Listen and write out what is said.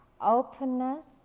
openness